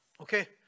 Okay